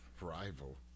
Rival